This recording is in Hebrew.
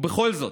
ובכל זאת,